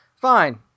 Fine